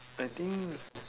I think